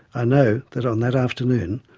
i know that on that afternoon,